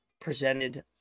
presented